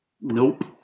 Nope